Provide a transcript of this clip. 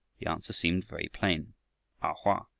the answer seemed very plain a hoa.